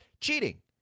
cheating